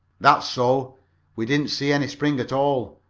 that's so we didn't see any spring at all!